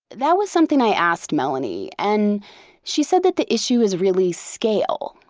that was something i asked melanie and she said that the issue is really scale.